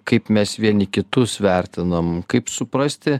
kaip mes vieni kitus vertinam kaip suprasti